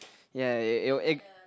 ya it was it